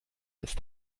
ist